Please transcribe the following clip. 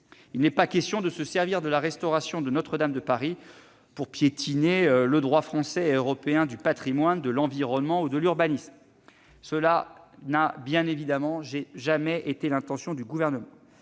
Il n'est pas question de se servir de la restauration de Notre-Dame pour piétiner le droit français et européen du patrimoine, de l'environnement, ou de l'urbanisme. Cela n'a bien évidemment jamais été l'intention du Gouvernement.